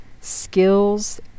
skills